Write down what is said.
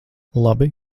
labi